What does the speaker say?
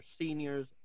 seniors